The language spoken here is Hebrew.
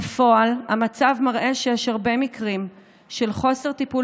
בפועל המצב מראה שיש הרבה מקרים של חוסר טיפול